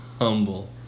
Humble